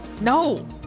No